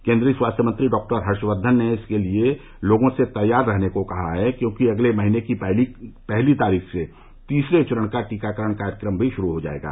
केंद्रीय स्वास्थ्य मंत्री डॉक्टर हर्षवर्धन ने लोगों से इसके लिए तैयार रहने को कहा है क्योंकि अगले महीने की पहली तारीख से तीसरे चरण का टीकाकरण कार्यक्रम भी शुरू हो जायेगा